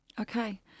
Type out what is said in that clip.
Okay